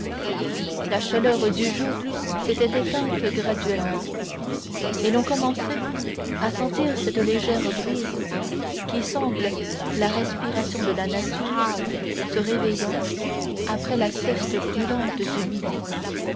la chaleur du jour s'était éteinte graduellement et l'on commençait à sentir cette légère brise qui semble la respiration de la nature se réveillant après la sieste brûlante du midi